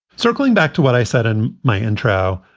circling back to what i said in my intro.